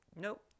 nope